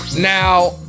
Now